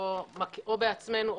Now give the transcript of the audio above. או בעצמנו,